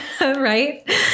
right